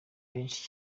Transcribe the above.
benshi